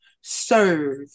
serve